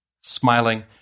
Smiling